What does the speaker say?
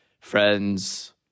Friends